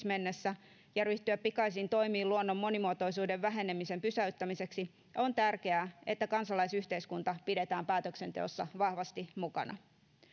mennessä ja ryhtyä pikaisiin toimiin luonnon monimuotoisuuden vähenemisen pysäyttämiseksi on tärkeää että kansalaisyhteiskunta pidetään päätöksenteossa vahvasti mukana